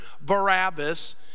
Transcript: Barabbas